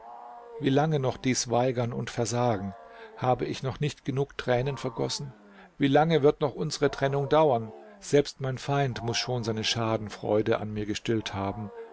wie lange noch dies weigern und versagen habe ich noch nicht genug tränen vergossen wie lange wird noch unsere trennung dauern selbst mein feind muß schon seine schadenfreunde an mir gestillt haben